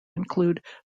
include